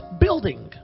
building